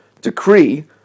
decree